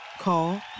Call